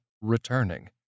returning